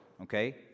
okay